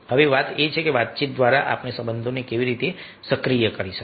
હવે વાત એ છે કે વાતચીત દ્વારા આપણે સંબંધોને કેવી રીતે સક્રિય કરી શકીએ